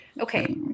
okay